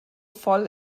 voll